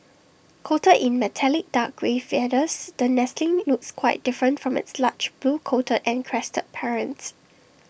coated in metallic dark grey feathers the nestling looks quite different from its large blue coated and crested parents